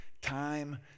time